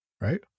right